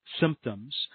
symptoms